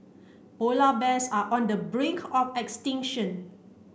polar bears are on the brink of extinction